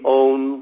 own